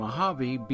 Mojave